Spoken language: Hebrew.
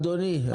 אדוני.